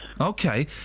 Okay